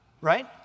Right